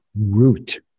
root